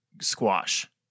squash